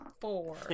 four